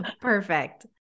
perfect